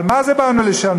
אבל מה זה באנו לשנות?